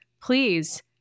Please